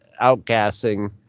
outgassing